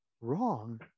wrong